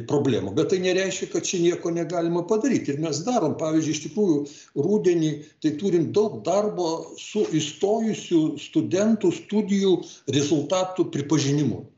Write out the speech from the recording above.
problemų bet tai nereiškia kad čia nieko negalima padaryt ir mes darom pavyzdžiui iš tikrųjų rudenį tai turim daug darbo su įstojusių studentų studijų rezultatų pripažinimu